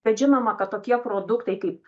bet žinoma kad tokie produktai kaip